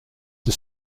the